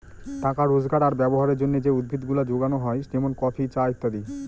টাকা রোজগার আর ব্যবহারের জন্যে যে উদ্ভিদ গুলা যোগানো হয় যেমন কফি, চা ইত্যাদি